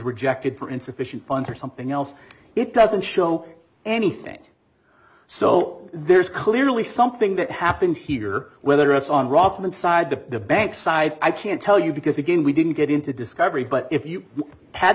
rejected for insufficient funds or something else it doesn't show anything so there's clearly something that happened here whether it's on rockman side to the bank side i can't tell you because again we didn't get into discovery but if you had